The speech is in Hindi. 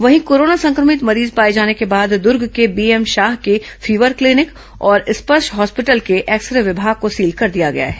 वहीं कोरोना संक्रमित मरीज पाए जाने के बाद दर्ग के बीएम शाह के फीवर क्लीनिक और स्पर्श हॉस्पिटल के एक्स रे विभाग को सील कर दिया गया है